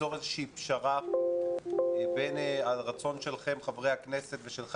ליצור איזושהי פשרה בין הרצון שלכם חברי הכנסת ושלך